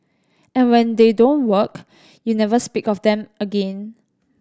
and when they don't work you never speak of them again